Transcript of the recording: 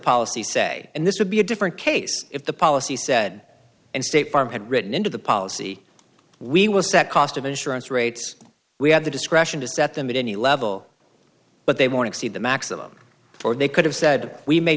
policy say and this would be a different case if the policy said and state farm had written into the policy we will set cost of insurance rates we have the discretion to set them at any level but they want to see the maximum or they could have said we may